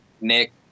Nick